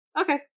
Okay